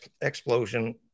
explosion